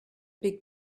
big